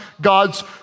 God's